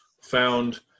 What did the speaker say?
found